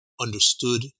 understood